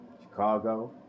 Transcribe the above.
Chicago